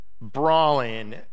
brawling